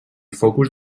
focus